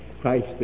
Christ